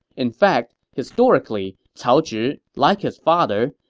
in fact, historically, cao zhi, like his father,